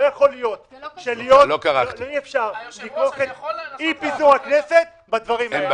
לא יכול להיות אי-אפשר לכרוך את אי פיזור הכנסת בדברים האלה.